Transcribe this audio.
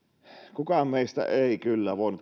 kukaan meistä ei kyllä voinut